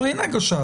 פה אין הגשה.